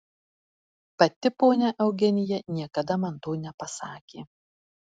pati ponia eugenija niekada man to nepasakė